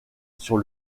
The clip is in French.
sur